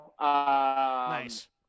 Nice